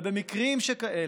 במקרים שכאלה,